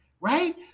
right